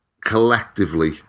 collectively